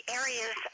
areas